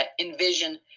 envision